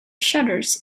shutters